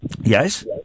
Yes